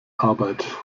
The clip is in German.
arbeit